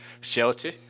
Shelter